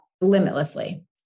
limitlessly